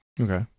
Okay